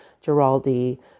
Giraldi